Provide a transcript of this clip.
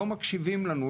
לא מקשיבים לנו,